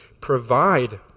provide